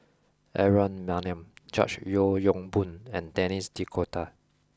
Aaron Maniam George Yeo Yong Boon and Denis D'Cotta